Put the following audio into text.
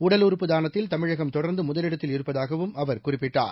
உடல் உறுப்பு தானத்தில் தமிழகம் தொடர்ந்துமுதலிடத்தில் இருப்பதாகவும் அவர் குறிப்பிட்டார்